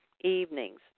evenings